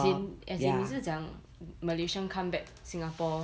as in 你是讲 malaysia come back singapore